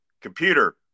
computer